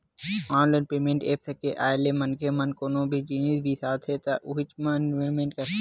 online payment apps के आए ले मनखे मन कोनो भी जिनिस बिसाथे त उहींच म पेमेंट करत हे